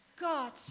God